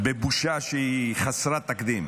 בבושה שהיא חסרת תקדים.